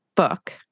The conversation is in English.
book